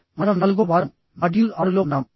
మనం నాలుగో వారం మాడ్యూల్ 6 లో ఉన్నాము